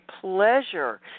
pleasure